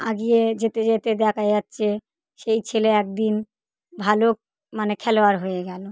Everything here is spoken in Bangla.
আগিয়ে যেতে যেতে দেখা যাচ্ছে সেই ছেলে এক দিন ভালো মানে খেলোয়াড় হয়ে গেলো